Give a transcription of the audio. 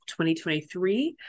2023